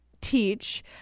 teach